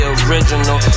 original